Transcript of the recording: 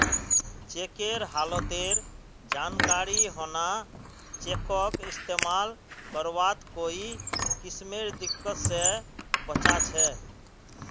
चेकेर हालतेर जानकारी होना चेकक इस्तेमाल करवात कोई किस्मेर दिक्कत से बचा छे